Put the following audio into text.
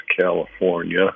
California